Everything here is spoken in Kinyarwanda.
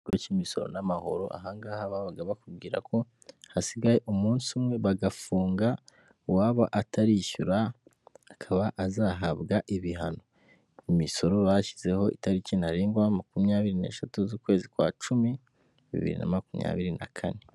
Koresha imisoro n'amahoro ahangaha babaga bakubwira ko hasigaye umunsi umwe bagafunga uwaba atarishyura akaba azahabwa ibihano imisoro bashyizeho itariki ntarengwa makumyabiri n'eshatu z'ukwezi kwa cumi bibiri na makumyabiri na kane.